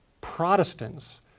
Protestants